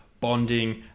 bonding